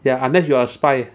ya unless you are a spy